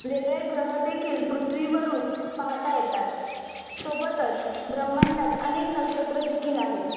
वेगळे ग्रहदेखील पृथ्वीवरून पाहता येतात सोबतच ब्रहम्मांडात अनेक नक्षत्र देखील आहेत